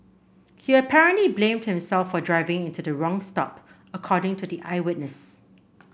he apparently blamed himself for driving into the wrong stop according to the eyewitness